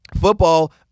Football –